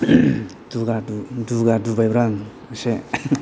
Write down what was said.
दुगा दुगा दुबायब्रा आं एसे